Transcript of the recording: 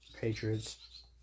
Patriots